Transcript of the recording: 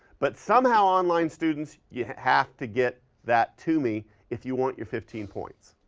but somehow, online students, you have to get that to me if you want your fifteen points,